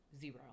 Zero